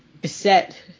beset